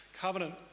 covenant